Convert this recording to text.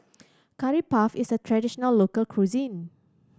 Curry Puff is a traditional local cuisine